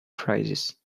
crisis